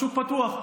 השוק פתוח,